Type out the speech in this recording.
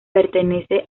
pertenece